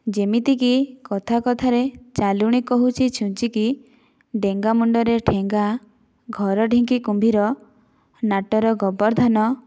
ଯେମିତିକି କଥା କଥାରେ ଚାଲୁଣି କହୁଛି ଛୁଞ୍ଚିକି ଡେଙ୍ଗା ମୁଣ୍ଡରେ ଠେଙ୍ଗା ଘର ଢିଙ୍କି କୁମ୍ଭୀର ନାଟର ଗୋବର୍ଦ୍ଧନ